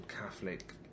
Catholic